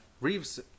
Reeves